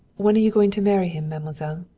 when are you going to marry him, mademoiselle?